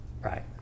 Right